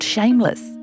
Shameless